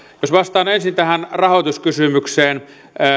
jos vastaan ensin tähän rahoituskysymykseen